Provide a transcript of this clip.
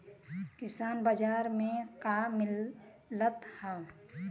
किसान बाजार मे का मिलत हव?